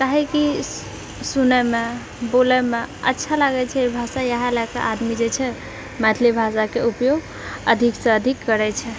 काहेकि सुनैमे बोलैमे अच्छा लागै छै ई भाषा इएह लए कऽ आदमी जेछै मैथिली भाषाके उपयोग अधिकसँ अधिक करै छै